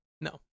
No